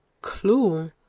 clue